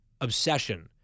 obsession